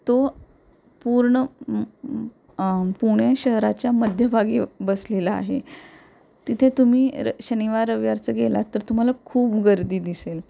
तो पूर्ण पुणे शहराच्या मध्यभागी बसलेला आहे तिथे तुम्ही र शनिवार रविवारचं गेलात तर तुम्हाला खूप गर्दी दिसेल